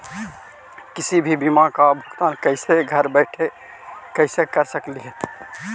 किसी भी बीमा का भुगतान कैसे घर बैठे कैसे कर स्कली ही?